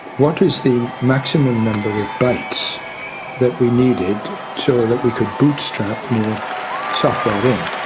what is the maximum number of bytes that we needed so that we could bootstrap more software in?